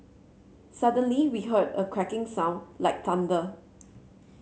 suddenly we heard a cracking sound like thunder